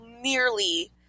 nearly